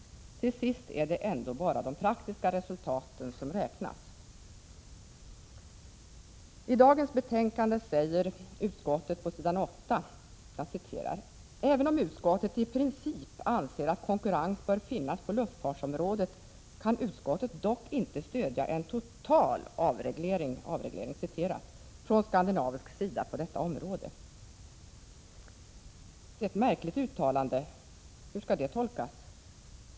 Till sist är det ändå bara de praktiska resultaten som räknas. ”Även om utskottet i princip anser att konkurrens bör finnas på luftfartsområdet kan utskottet dock inte stödja en total ”avreglering” från scandinavisk sida på detta område.” Det är ett märkligt uttalande. Hur skall det tolkas?